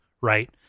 right